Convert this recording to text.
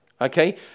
okay